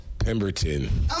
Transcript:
Pemberton